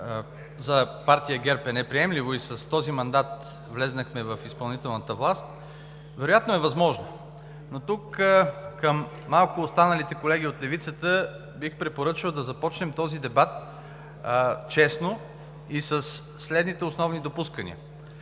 за партия ГЕРБ е неприемливо, и с този мандат влезнахме в изпълнителната власт. Вероятно е възможно. Но тук към малко останалите колеги от левицата бих препоръчал да започнем този дебат честно и със следните основни допускания.